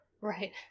Right